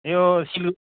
यो सिलु